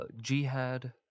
Jihad